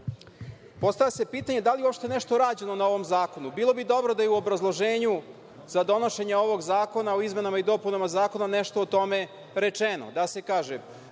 se pitanje da li je uopšte nešto rađeno na ovom zakonu? Bilo bi dobro da je u obrazloženju za donošenje ovog zakona o izmenama i dopunama zakona nešto o tome rečeno,